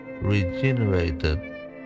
regenerated